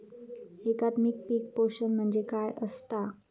एकात्मिक पीक पोषण म्हणजे काय असतां?